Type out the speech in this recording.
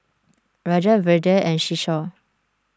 Rajat Vedre and Kishore